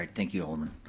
like thank you, alderman.